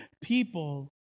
people